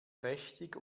trächtig